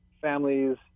families